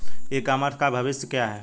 ई commerce का भविष्य क्या है?